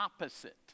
opposite